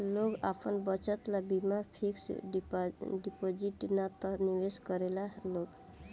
लोग आपन बचत ला बीमा फिक्स डिपाजिट ना त निवेश करेला लोग